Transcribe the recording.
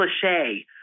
cliche